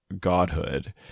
godhood